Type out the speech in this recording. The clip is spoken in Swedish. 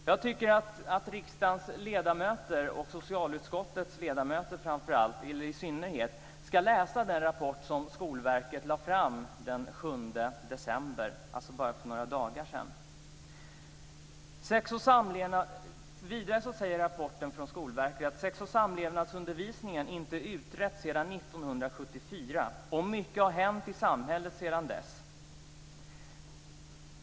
Jag tycker att riksdagens ledamöter, i synnerhet socialutskottets ledamöter, ska läsa den rapport som Skolverket lade fram den 7 december, dvs. bara för några dagar sedan. Vidare säger man i rapporten från Skolverket att undervisningen i sex och samlevnad inte har utretts sedan 1974. Mycket har hänt i samhället sedan dess.